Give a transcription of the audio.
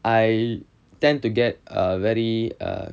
I tend to get err very err